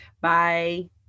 Bye